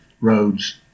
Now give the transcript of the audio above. roads